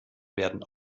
werden